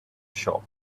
shop